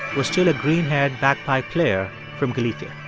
was still a green-haired bagpipe player from galicia.